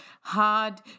hard